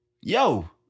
yo